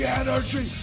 energy